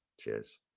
cheers